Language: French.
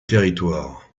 territoires